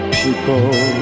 people